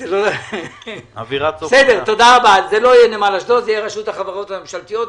זה יהיה רשות החברות הממשלתיות.